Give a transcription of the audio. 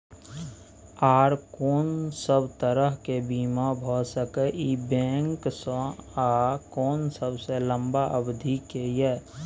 आर कोन सब तरह के बीमा भ सके इ बैंक स आ कोन सबसे लंबा अवधि के ये?